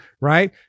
Right